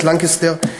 ברט לנקסטר,